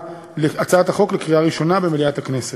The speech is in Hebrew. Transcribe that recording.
הצעת החוק לא עלתה לקריאה ראשונה במליאת הכנסת.